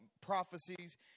prophecies